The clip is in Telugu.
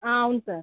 అవును సార్